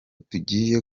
tugiye